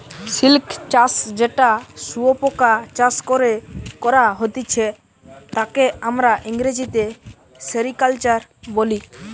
silk চাষ যেটা শুয়োপোকা চাষ করে করা হতিছে তাকে আমরা ইংরেজিতে সেরিকালচার বলি